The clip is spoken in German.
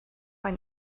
ein